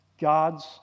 God's